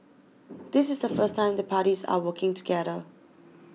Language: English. this is the first time the parties are working together